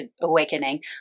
awakening